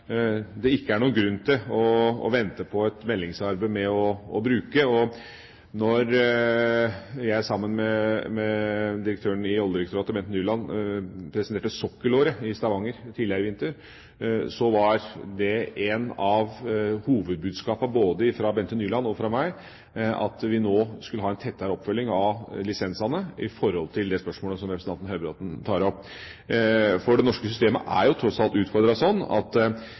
det er ikke noen grunn til å vente på et meldingsarbeid for å bruke det. Når jeg, sammen med direktøren i Oljedirektoratet, Bente Nyland, presenterte Sokkelåret i Stavanger tidligere i vinter, så var et av hovedbudskapene, både fra Bente Nyland og fra meg, at vi nå skulle ha en tettere oppfølging av lisensene når det gjelder det spørsmålet som representanten Høybråten tar opp. Det norske systemet er jo tross alt utformet sånn at